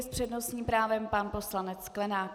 S přednostním právem pan poslanec Sklenák.